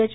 H